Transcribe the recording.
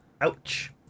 Ouch